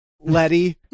Letty